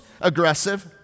aggressive